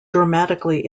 dramatically